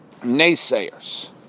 naysayers